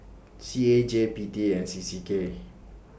C A G P T and C C K